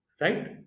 right